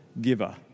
giver